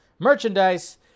merchandise